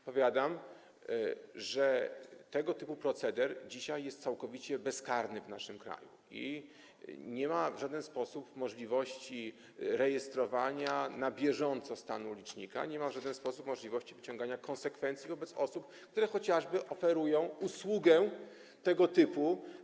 Odpowiadam, że tego typu proceder dzisiaj jest całkowicie bezkarny w naszym kraju i w żaden sposób nie ma możliwości rejestrowania na bieżąco stanu licznika, w żaden sposób nie ma możliwości wyciągania konsekwencji wobec osób, które chociażby oferują usługę tego typu.